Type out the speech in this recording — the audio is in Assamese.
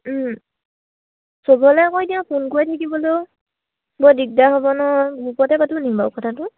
চবলে কৈ দিয়ক ফোন কৰি থাকিবলৈ মই দিগদাৰ হ'ব নহয় গ্ৰুপতে পাতিমনি বাৰু কথাটো